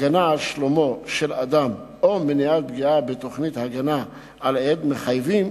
הגנה על שלומו של אדם או מניעת פגיעה בתוכנית הגנה על עד מחייבים